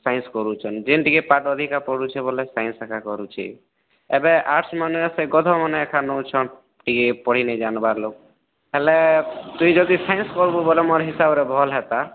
science କରୁଛନ୍ ଯେନ୍ ଟିକେ ପାଠ୍ ପଢ଼ୁଛେ ବୋଲେ ସାଇନ୍ସ ଏକା କରୁଛି ଏବେ ଆର୍ଟ୍ସ ମାନେ ସେ ଗଧମାନେ ଏକା ନଉଛନ୍ ଟିକେ ପଢ଼ିନେଇଁ ଯାନ୍ବାର୍ ଲୋକ୍ ହେଲେ ତୁଇ ଯଦି ସାଇନ୍ସ କର୍ବୁ ବୋଲେ ମୋର୍ ହିସାବ୍ସେ ଭଲ୍ ହେତା